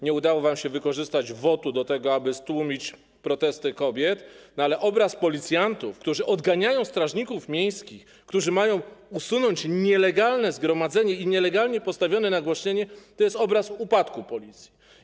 Nie udało wam się wykorzystać WOT-u do tego, aby stłumić protesty kobiet, ale obraz policjantów, którzy odganiają strażników miejskich, którzy mają usunąć nielegalne zgromadzenie i nielegalnie postawione nagłośnienie, to jest obraz upadku Policji.